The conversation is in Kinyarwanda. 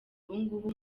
ubungubu